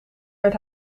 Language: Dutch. werd